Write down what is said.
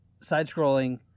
Side-scrolling